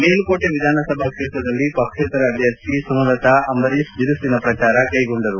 ಮೇಲುಕೋಟೆ ವಿಧಾನ ಸಭಾ ಕ್ಷೇತ್ರದಲ್ಲಿ ಪಕ್ಷೇತರ ಅಭ್ಯರ್ಥಿ ಸುಮಲತಾ ಬಿರುಸಿನ ಪ್ರಜಾರ ಕೈಗೊಂಡರು